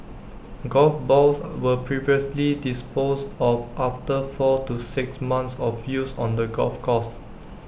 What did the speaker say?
golf balls were previously disposed of after four to six months of use on the golf course